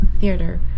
theater